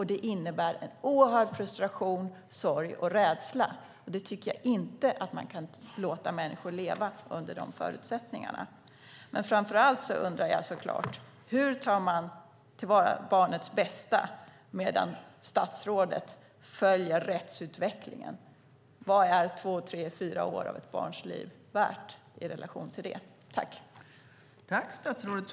Det innebär en oerhörd frustration, sorg och rädsla, och man kan inte låta människor leva under sådana förutsättningar. Framför allt undrar jag: Hur tar man till vara barnets bästa medan statsrådet följer rättsutvecklingen? Vad är två tre fyra år av ett barns liv värt i relation till det?